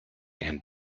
and